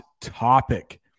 topic